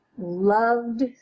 loved